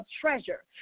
treasure